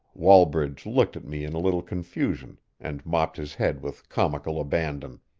wallbridge looked at me in a little confusion, and mopped his head with comical abandon.